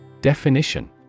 Definition